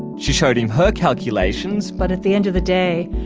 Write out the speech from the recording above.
she showed him her calculations but at the end of the day,